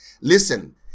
Listen